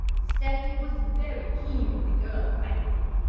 stepney was very keen on the girl, i think,